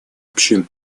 общин